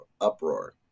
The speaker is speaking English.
uproar